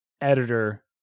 editor